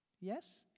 Yes